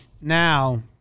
Now